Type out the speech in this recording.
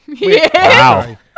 wow